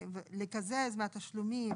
לקזז מהתשלומים,